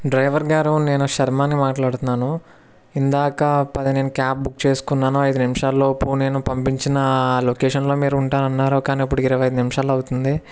driver గారు నేను శర్మాని మాట్లాడుతున్నాను ఇందాక పది నేను క్యాబ్ బుక్ చేసుకున్నాను ఐదు నిమిషాల లోపు నేను పంపించిన లొకేషన్లో మీరు ఉంటాను అన్నారు కానీ ఇప్పటికి ఇరవై ఐదు నిమిషాలు అవుతుంది